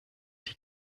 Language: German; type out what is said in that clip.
die